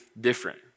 different